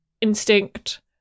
instinct